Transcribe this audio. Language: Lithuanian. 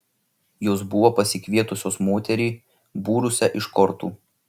jos buvo pasikvietusios moterį būrusią iš kortų